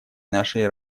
нашей